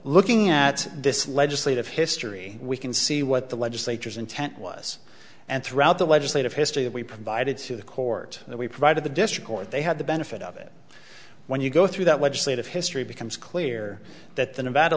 looking at this legislative history we can see what the legislature's intent was and throughout the legislative history that we provided to the court that we provided the district court they had the benefit of it when you go through that legislative history becomes clear that the nevada